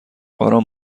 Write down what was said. آرام